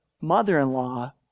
mother-in-law